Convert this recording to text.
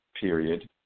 period